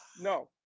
no